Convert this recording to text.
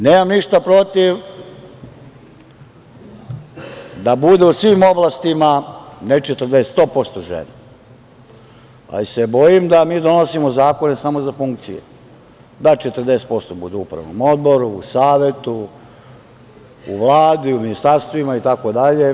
Nemam ništa protiv da bude u svim oblastima ne 40, 100% žena, ali se bojim da mi donosimo zakone samo za funkcije, da 40% bude u upravnom odboru, u savetu, u Vladi, u ministarstvima itd.